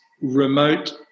remote